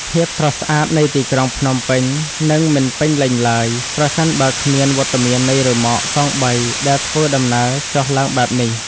ភាពស្រស់ស្អាតនៃទីក្រុងភ្នំពេញនឹងមិនពេញលេញឡើយប្រសិនបើគ្មានវត្តមាននៃរ៉ឺម៉កកង់បីដែលធ្វើដំណើរចុះឡើងបែបនេះ។